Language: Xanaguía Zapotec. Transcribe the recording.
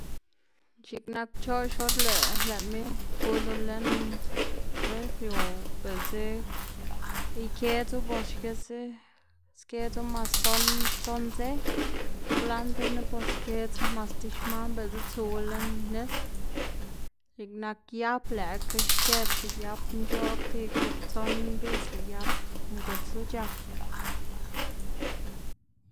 x̱iꞌk nak pchoꞌx or lëꞌ lëꞌma kudu lën refri o biꞌltsa ikedzu bos xkisa, skedzu mas tson tson dze, kwlandrna bos xkedz mas ti xman biꞌltsa tsuwu lën nis, x̱iꞌk nak yap lëꞌkga xkedzda yap nc̲h̲oꞌb, tibaga tson mbidz lëꞌ yap ngudzla c̲h̲ak.